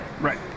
Right